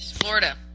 Florida